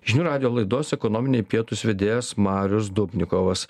žinių radijo laidos ekonominiai pietūs vedėjas marius dubnikovas